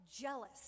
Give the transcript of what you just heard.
jealous